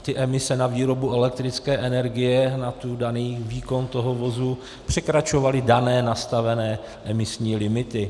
Ty emise na výrobu elektrické energie, na daný výkon toho vozu, překračovaly nastavené emisní limity.